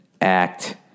Act